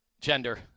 gender